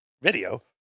video